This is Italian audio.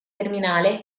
terminale